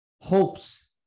hopes